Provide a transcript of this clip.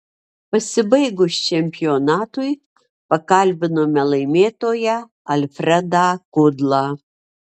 pasibaigus čempionatui pakalbinome laimėtoją alfredą kudlą